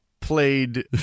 played